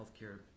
Healthcare